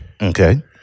Okay